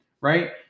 right